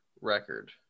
record